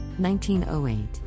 1908